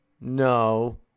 No